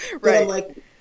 Right